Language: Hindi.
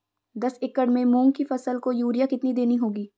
दस एकड़ में मूंग की फसल को यूरिया कितनी देनी होगी?